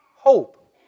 Hope